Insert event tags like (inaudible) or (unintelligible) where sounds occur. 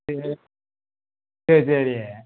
(unintelligible) சரி சரி